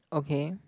okay